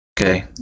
okay